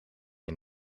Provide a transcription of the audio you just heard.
een